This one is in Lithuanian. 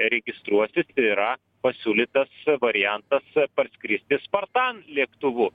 registruosis yra pasiūlytas variantas parskristi spartan lėktuvu